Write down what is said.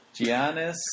Giannis